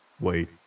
Wait